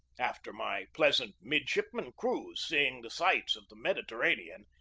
after my pleasant midshipman cruise, seeing the sights of the medi terranean,